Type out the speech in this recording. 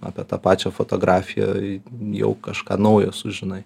apie tą pačią fotografiją jau kažką naujo sužinai